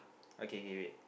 okay okay okay wait